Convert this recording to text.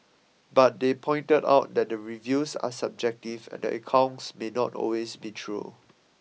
but they pointed out that the reviews are subjective and the accounts may not always be true